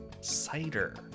cider